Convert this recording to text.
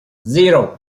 zero